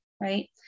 right